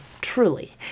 truly